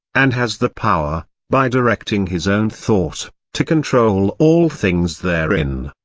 and has the power, by directing his own thought, to control all things therein.